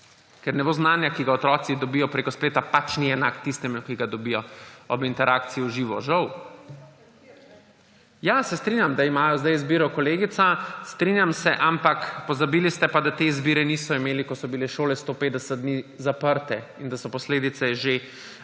Ker nivo znanja, ki ga otroci dobijo prek spleta, pač ni enak tistemu, ki ga dobijo ob interakciji v živo. Žal …/ oglašanje iz dvorane/ Ja, se strinjam, da imajo zdaj izbiro, kolegica, strinjam se, ampak pozabili ste pa, da te izbire niso imeli, ko so bile šole 150 dni zaprte in so posledice že nastale.